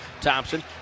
Thompson